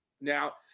Now